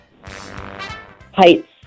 Heights